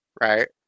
right